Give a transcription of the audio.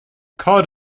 cod